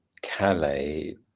Calais